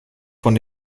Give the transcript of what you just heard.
von